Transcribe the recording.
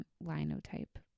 Linotype